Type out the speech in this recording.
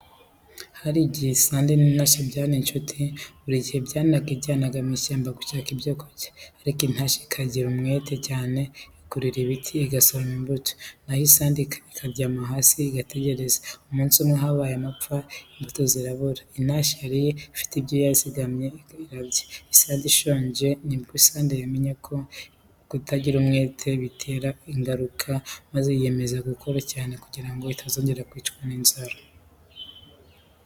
Hari igihe isandi n’intashya byari inshuti. Buri gihe bajyanaga mu ishyamba gushaka ibyo kurya. Ariko intashya ikagira umwete cyane ikurira ibiti igasoroma imbuto, naho isandi ikaryama hasi igategereza. Umunsi umwe habaye amapfa, imbuto zirabura. Intashya yari ifite ibyo yizigamiye irarya, isandi yo ishonje. Nibwo isandi yamenye ko kutagira umwete bitera ingaruka, maze yiyemeza gukora cyane kugira ngo itazongera kwicwa n’inzara.